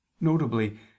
notably